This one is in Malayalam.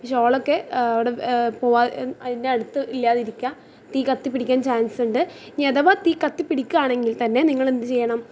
ശോളൊക്കെ അവിടെ പോവുക അതിൻ്റെ അടുത്ത് ഇല്ലാതിരിക്കുക തീ കത്തിപ്പിടിക്കാൻ ചാൻസ് ഉണ്ട് ഇനി അഥവാ തീ കത്തിപ്പിടിക്കുക ആണെങ്കിൽ തന്നെ നിങ്ങൾ എന്ത് ചെയ്യണം